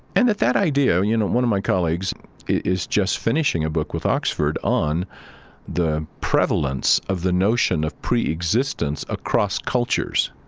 and that that idea, you know, one of my colleagues is just finishing a book with oxford on the prevalence of the notion of preexistence across cultures.